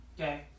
Okay